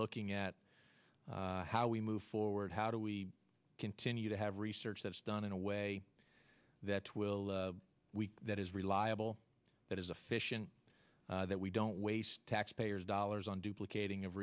looking at how we move forward how do we continue to have research that's done in a way that will that is reliable that is a fish and that we don't waste taxpayers dollars on duplicating of